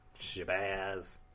Shabazz